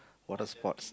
what are sports